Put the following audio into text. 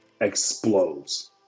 explodes